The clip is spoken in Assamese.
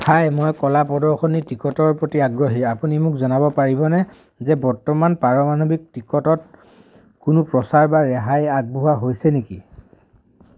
হাই মই কলা প্ৰদৰ্শনী টিকটৰ প্ৰতি আগ্ৰহী আপুনি মোক জনাব পাৰিবনে যে বৰ্তমান পাৰমাণৱিক টিকটত কোনো প্ৰচাৰ বা ৰেহাই আগবঢ়োৱা হৈছে নেকি